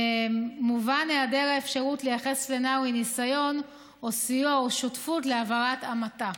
מובן היעדר האפשרות לייחס לנאווי ניסיון או סיוע או שותפות לעבירת המתה.